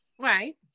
right